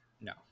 No